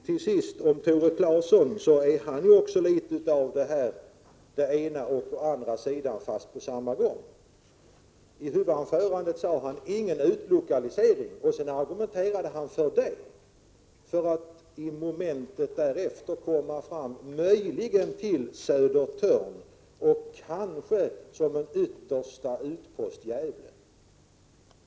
Till sist: Tore Claeson talar också samtidigt litet för mycket om å ena sidan och å andra sidan. I huvudanförandet sade han att det inte borde bli någon utlokalisering, men en stund därefter talade han om att det möjligen kunde bli fråga om Södertörn eller kanske, som yttersta utpost, Gävle.